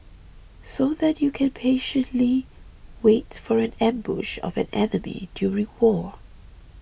so that you can patiently wait for an ambush of an enemy during war